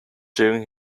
during